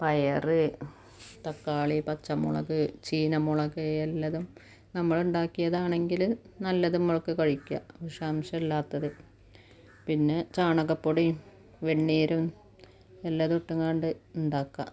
പയര് തക്കാളി പച്ചമുളക് ചീന മുളക് എല്ലതും നമ്മളുണ്ടാക്കിയതാണെങ്കില് നല്ലത് നമ്മള്ക്ക് കഴിക്കാം വിഷാംശമില്ലാത്തത് പിന്നെ ചാണകപ്പൊടിയും വെണ്ണീരും എല്ലതും ഇട്ടുംകാണ്ട് ഉണ്ടാക്കാം